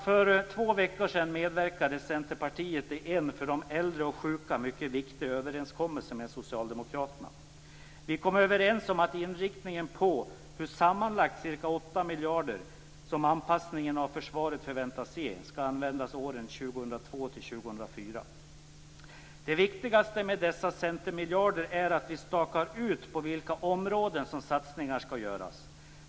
För två veckor sedan medverkade Centerpartiet i en för de äldre och sjuka mycket viktig överenskommelse med socialdemokraterna. Vi kom överens om att inriktningen på hur sammanlagt 8 miljarder kronor - lika mycket som anpassningen av försvaret förväntas att ge - skall användas åren 2002 Det viktigaste med dessa "centermiljarder" är att vi stakar ut på vilka områden som satsningar skall göras.